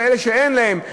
ואלה שאין להם,